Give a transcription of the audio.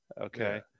okay